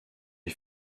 est